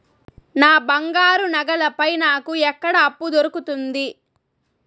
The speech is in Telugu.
నా బంగారు నగల పైన నాకు ఎక్కడ అప్పు దొరుకుతుంది